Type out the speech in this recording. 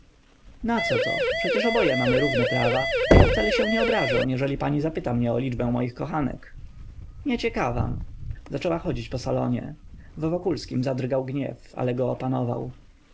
wyborze argumentów nacoto przecież oboje mamy równe prawa a ja wcale się nie obrażę jeżeli pani zapyta mnie o liczbę moich kochanek nie ciekawam zaczęła chodzić po salonie w wokulskim zadrgał gniew ale go opanował